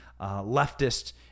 leftist